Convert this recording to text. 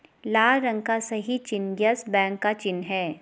लाल रंग का सही चिन्ह यस बैंक का चिन्ह है